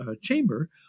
chamber